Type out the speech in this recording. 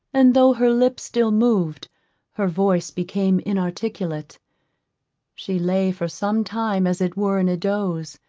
and though her lips still moved her voice became inarticulate she lay for some time as it were in a doze,